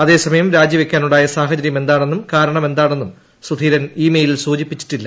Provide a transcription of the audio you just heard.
അതേസമയം രാജിവെക്കാനുണ്ടായ സാഹചര്യമെന്താണെന്നും കാരണമെന്താണെന്നും സുധീരൻ ഇ മെയിലിൽ സൂചിപ്പിച്ചിട്ടില്ല